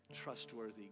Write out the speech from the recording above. trustworthy